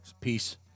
peace